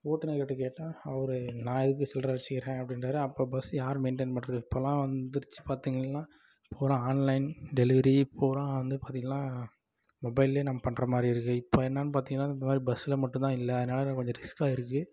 ஓட்டுனர் கிட்டே கேட்டால் அவர் நான் எதுக்கு சில்லறை வெச்சுக்கிறேன் அப்படின்றாரு அப்புறம் பஸ்ஸு யார் மெயின்டைன் பண்ணுறது இப்பெலாம் வந்துடுச்சி பார்த்தீங்கள்னா இப்போ ஒரு ஆன்லைன் டெலிவரி பூரா வந்து பார்த்தீங்கள்னா மொபைல்லேயே நம்ம பண்ணுற மாதிரி இருக்குது இப்போ என்னென்னு பார்த்தீங்கள்னா இந்த மாதிரி பஸ்சில் மட்டும்தான் இல்லை அதனால் எனக்கு கொஞ்சம் ரிஸ்க்காக இருக்குது